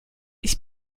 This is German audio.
ich